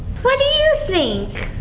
what do you think?